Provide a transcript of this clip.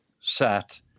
sat